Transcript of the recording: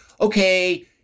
Okay